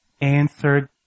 answered